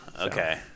Okay